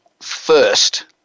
first